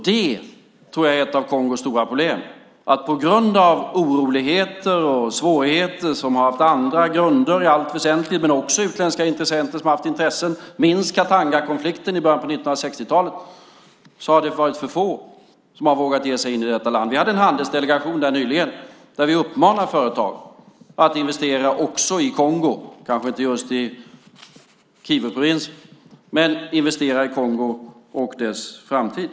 Det är ett av Kongos stora problem att det på grund av oroligheter och andra svårigheter, som i allt väsentligt har haft andra grunder men också haft med utländska intressen att göra - minns Katangakonflikten i början på 1960-talet - har varit för få som har vågat ge sig in i detta land. Vi hade en handelsdelegation där nyligen, där vi uppmanade företag att investera också i Kongo, om än kanske inte just i Kivuprovinsen, och i dess framtid.